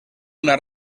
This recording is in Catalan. una